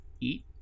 eat